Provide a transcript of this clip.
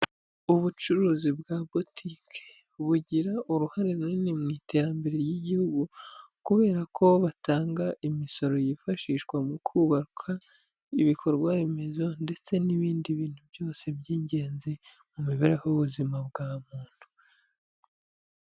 Ubucuruzi bwa butike bugira uruhare runini mu iterambere ry'igihugu, kubera ko batanga imisoro yifashishwa mu kubaka ibikorwa remezo ndetse n'ibindi bintu byose by'ingenzi mu mibereho y'ubuzima bwa muntu.